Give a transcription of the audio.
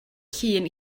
llun